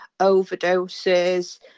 overdoses